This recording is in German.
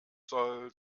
soll